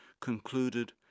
concluded